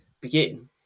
begin